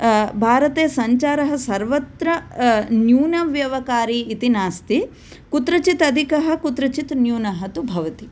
भारते सञ्चारः सर्वत्र न्यूनव्यवकारी इति नास्ति कुत्रचित् अधिकः कुत्रचित् न्यूनः तु भवति